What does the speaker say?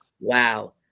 Wow